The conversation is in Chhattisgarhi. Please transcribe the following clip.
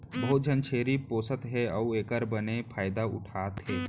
बहुत झन छेरी पोसत हें अउ एकर बने फायदा उठा थें